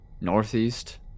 northeast